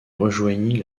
rejoignit